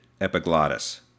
epiglottis